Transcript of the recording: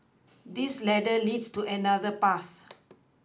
this ladder leads to another path